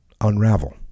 unravel